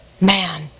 man